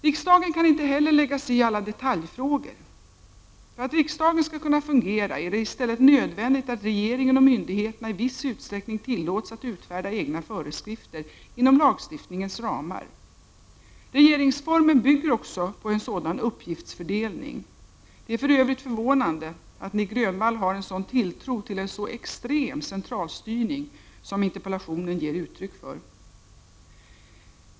Riksdagen kan inte heller lägga sig i alla detaljfrågor. För att riksdagen skall kunna fungera är det i stället nödvändigt att regeringen och myndigheterna i viss utsträckning tillåts att utfärda egna föreskrifter inom lagstiftningens ramar. Regeringsformen bygger också på en sådan uppgiftsfördelning. Det är för övrigt förvånande att Nic Grönvall har en sådan tilltro till en så extrem centralstyrning som interpellationen ger uttryck för.